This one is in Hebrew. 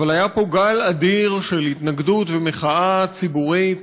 אבל היה פה גל אדיר של התנגדות ומחאה ציבורית